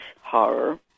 horror